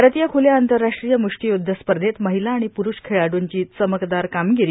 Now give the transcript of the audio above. भारतीय खुल्या आंतरराष्ट्रीय मुष्टीयुद्ध स्पर्धेत महिला आणि पुरूष खेळाडूंची चमकदार कामगिरी